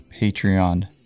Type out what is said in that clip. Patreon